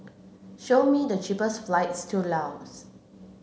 show me the cheapest flights to Laos